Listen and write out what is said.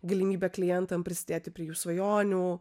galimybę klientam prisidėti prie jų svajonių